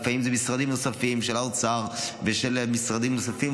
ולפעמים אלה משרדים נוספים האוצר ומשרדים נוספים.